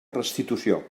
restitució